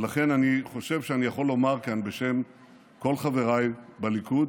ולכן אני חושב שאני יכול לומר כאן בשם כל חבריי בליכוד,